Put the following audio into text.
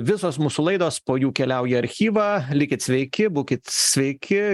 visos mūsų laidos po jų keliauja archyva likit sveiki būkit sveiki